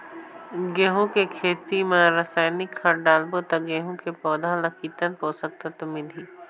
गंहू के खेती मां रसायनिक खाद डालबो ता गंहू के पौधा ला कितन पोषक तत्व मिलही?